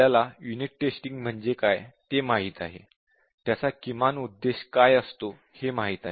आपल्याला unit testing म्हणजे काय ते माहित आहे त्याचा किमान उद्देश काय असतो हे माहित आहे